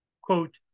Quote